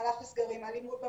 במהלך הסגרים, אלימות במשפחה,